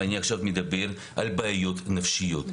ואני עכשיו מדבר על בעיות נפשיות.